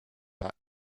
back